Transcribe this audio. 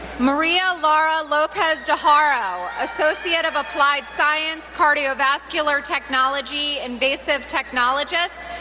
maria laura lopez de haro, associate of applied science, cardiovascular technology, invasive technologist,